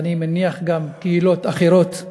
ואני מניח שגם בקהילות אחרות,